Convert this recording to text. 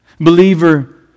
Believer